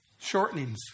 shortenings